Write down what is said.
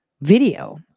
video